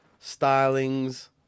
stylings